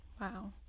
Wow